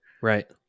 Right